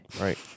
Right